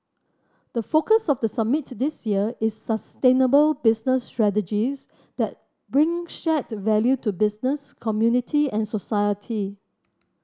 the focus of the summit this year is sustainable business strategies that bring shared value to business community and society